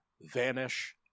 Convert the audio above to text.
vanish